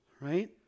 right